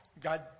God